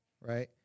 right